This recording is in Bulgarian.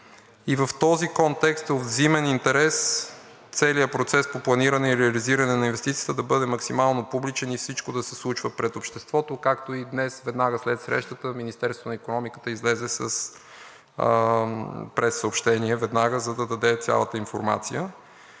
и в този контекст е от взаимен интерес целият процес по планиране и реализиране на инвестицията да бъде максимално публичен и всичко да се случва пред обществото, както и днес веднага след срещата Министерството на икономиката излезе с прессъобщение веднага, за да даде цялата информация.